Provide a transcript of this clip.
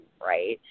right